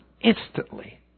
instantly